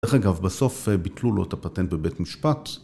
דרך אגב, בסוף ביטלו לו את הפטנט בבית משפט.